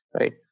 right